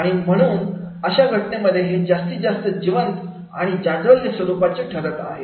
आणि म्हणून अशा घटनेमध्ये हे जास्तीत जास्त जिवंत आणि आणि जाज्वल्य स्वरूपाचे ठरत आहे